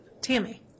Tammy